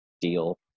deal